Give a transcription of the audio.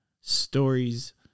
stories